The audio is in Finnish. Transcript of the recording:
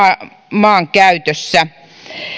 maankäytössä